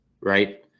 right